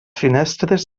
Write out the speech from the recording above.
finestres